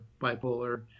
bipolar